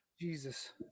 Jesus